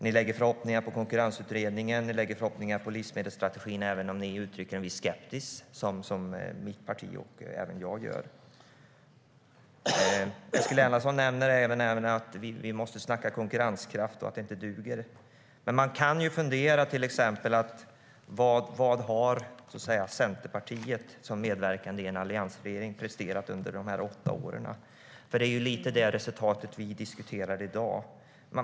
Ni har förhoppningar på Konkurrensutredningen och på livsmedelsstrategin, även om du uttrycker en viss skepsis, vilket också mitt parti och jag gör. Eskil Erlandsson nämner att vi måste snacka konkurrenskraft. Men man kan ju fundera över vad Centerpartiet, som medverkat i en alliansregering, har presterat under dessa åtta år. Det är ju litet av det resultatet som vi diskuterar i dag.